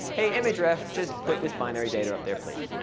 hey image ref, just put this binary data up there, please.